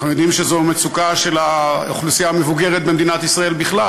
אנחנו יודעים שזו המצוקה של האוכלוסייה המבוגרת במדינת ישראל בכלל,